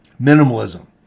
Minimalism